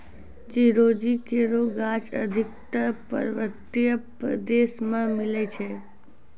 चिरौंजी केरो गाछ अधिकतर पर्वतीय प्रदेश म मिलै छै